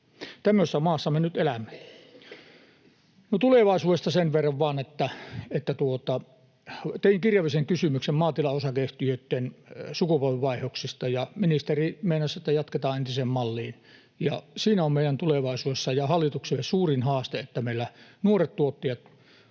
Tämmöisessä maassa me nyt elämme. No tulevaisuudesta sen verran vaan, että tein kirjallisen kysymyksen maatilaosakeyhtiöitten sukupolvenvaihdoksista, ja ministeri meinasi, että jatketaan entiseen malliin. Siinä on tulevaisuudessa meille ja hallitukselle suurin haaste, että meillä nuoret tuottajat